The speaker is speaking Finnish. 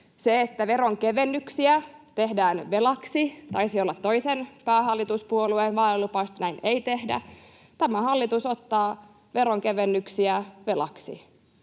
Se, että veronkevennyksiä tehdään velaksi, taisi olla toisen päähallituspuolueen vaalilupaus, että näin ei tehdä. Tämä hallitus ottaa veronkevennyksiä velaksi,